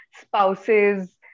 spouses